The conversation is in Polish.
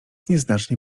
nieznacznie